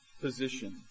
position